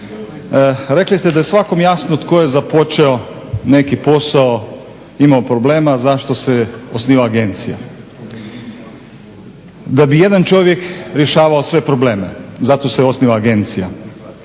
Rekli ste da je svakom jasno tko je započeo neki posao, imao problema, zašto se osniva agencija. Da bi jedan čovjek rješavao sve probleme, zato se osniva agencija,